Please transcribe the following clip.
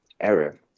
error